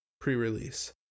pre-release